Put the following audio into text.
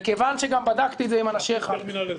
כיוון שגם בדקתי את זה עם אנשיך --- חיילים בתפקיד,